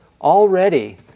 already